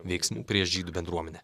veiksmų prieš žydų bendruomenę